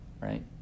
right